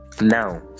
Now